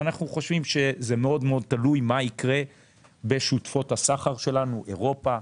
אנחנו חושבים שזה מאוד תלוי במה יקרה בשותפות הסחר שלנו: אירופה,